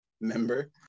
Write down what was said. member